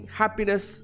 happiness